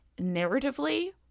Narratively